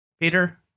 Peter